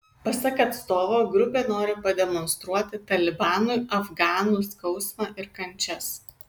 pasak atstovo grupė nori pademonstruoti talibanui afganų skausmą ir kančias